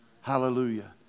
Hallelujah